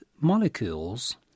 molecules